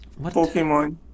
pokemon